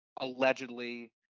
allegedly